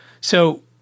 So-